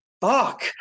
fuck